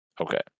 Okay